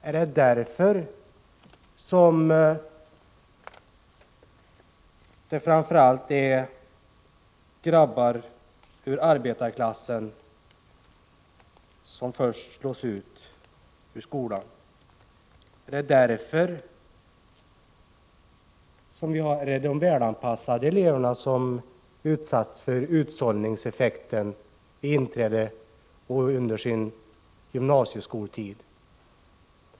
Är det därför som det framför allt är grabbar ur arbetarklassen som slås ut ur skolan? Är det de välanpassade eleverna som utsätts för utsållningseffekten vid inträde till gymnasiet och under sin gymnasietid?